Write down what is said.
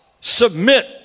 submit